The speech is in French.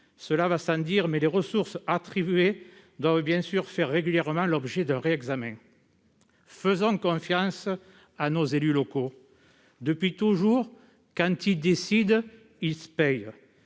Cela va sans dire, mais les ressources attribuées doivent faire régulièrement l'objet d'un réexamen. Faisons confiance à nos élus locaux. Depuis toujours, lorsqu'ils décident, ils paient.